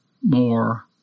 more